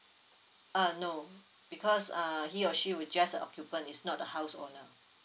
uh no because err he or she will just a occupant is not the house owner